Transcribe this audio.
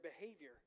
behavior